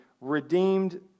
redeemed